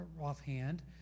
offhand